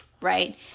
Right